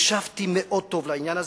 והקשבתי מאוד טוב לעניין הזה.